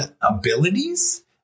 abilities